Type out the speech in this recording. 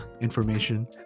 information